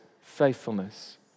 faithfulness